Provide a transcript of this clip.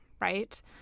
right